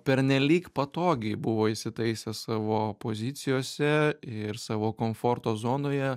pernelyg patogiai buvo įsitaisę savo pozicijose ir savo komforto zonoje